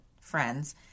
Friends